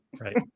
right